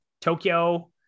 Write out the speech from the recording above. Tokyo